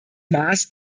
maß